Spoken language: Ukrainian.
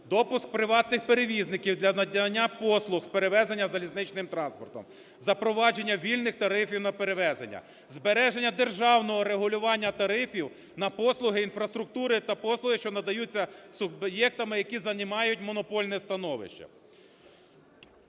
допуск приватних перевізників для надання послуг з перевезення залізничним транспортом; запровадження вільних тарифів на перевезення; збереження державного регулювання тарифів на послуги інфраструктури та послуги, що надаються суб'єктами, які займають монопольне становище.